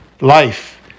life